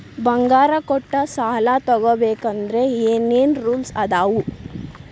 ಬಂಗಾರ ಕೊಟ್ಟ ಸಾಲ ತಗೋಬೇಕಾದ್ರೆ ಏನ್ ಏನ್ ರೂಲ್ಸ್ ಅದಾವು?